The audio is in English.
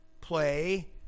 play